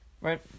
right